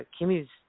Kimmy's